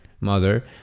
mother